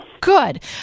Good